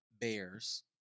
bears